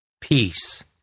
peace